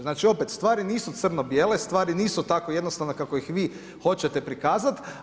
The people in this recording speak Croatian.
Znači opet, stvari nisu crno bijele, stvari nisu tako jednostavne kako ih vi hoćete prikazati.